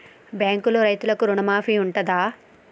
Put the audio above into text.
బ్యాంకులో రైతులకు రుణమాఫీ ఉంటదా?